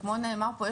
שכמו שנאמר פה,